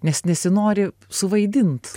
nes nesinori suvaidint